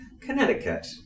Connecticut